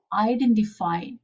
identify